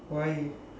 why